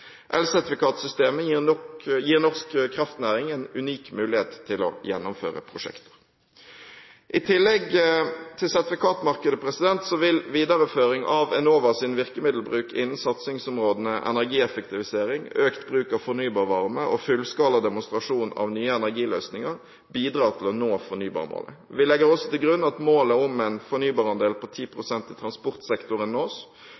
Elsertifikatsystemet gir norsk kraftnæring en unik mulighet til å gjennomføre prosjekter. I tillegg til sertifikatmarkedet vil videreføring av Enovas virkemiddelbruk innen satsingsområdene energieffektivisering, økt bruk av fornybar varme og fullskala demonstrasjon av nye energiløsninger bidra til å nå fornybarmålet. Vi legger også til grunn at målet om en fornybarandel på 10 pst. i transportsektoren nås.